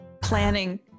planning